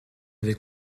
avait